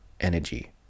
energy